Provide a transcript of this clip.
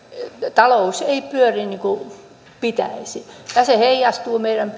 talous ei pyöri niin kuin pitäisi vaan se heijastuu meidän